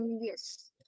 Yes